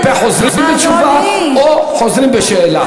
כלפי חוזרים בתשובה או חוזרים בשאלה.